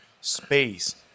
space